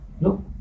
Look